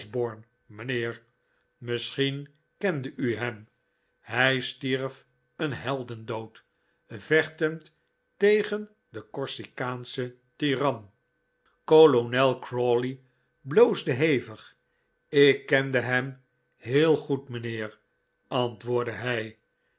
misschien kende u hem hij stierf een heldendood vechtend tegen den corsikaanschen tiran kolonel crawley bloosde hevig ik kende hem heel goed mijnheer antwoordde hij